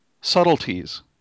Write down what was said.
subtleties